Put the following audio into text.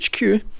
hq